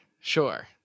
Sure